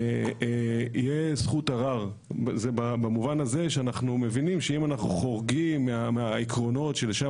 תהיה זכות ערר במובן הזה שאנחנו מבינים שאם אנחנו חורגים מהעקרונות שלשם